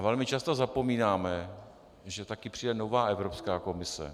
Velmi často zapomínáme, že taky přijde nová Evropská komise.